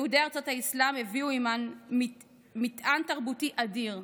יהודי ארצות האסלאם הביאו עימם מטען תרבותי אדיר,